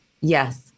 Yes